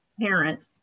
parents